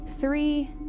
three